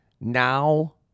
now